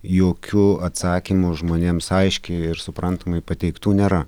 jokių atsakymų žmonėms aiškiai ir suprantamai pateiktų nėra